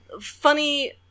funny